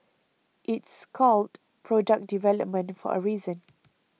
it's called product development for a reason